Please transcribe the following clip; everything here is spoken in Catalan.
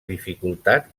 dificultat